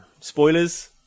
spoilers